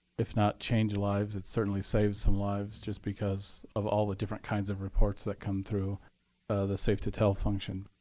if not changed lives, it certainly saved some lives just because of all the different kinds of reports that come through the safe to tell function.